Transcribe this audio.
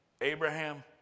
Abraham